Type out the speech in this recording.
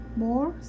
more